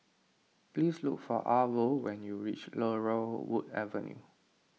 please look for Arvo when you reach Laurel Wood Avenue